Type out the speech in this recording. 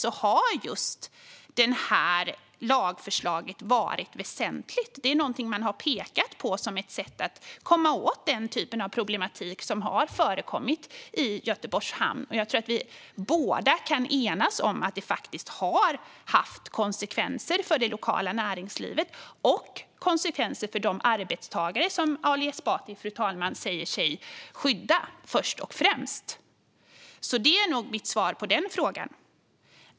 För dem har just det här lagförslaget varit väsentligt. De har pekat på det som ett sätt att komma åt den typen av problematik som har förekommit i Göteborgs hamn. Fru talman! Jag tror att vi kan enas om att konflikten faktiskt har fått konsekvenser för det lokala näringslivet och för de arbetstagare som Ali Esbati säger sig skydda först och främst. Det är mitt svar på den frågan.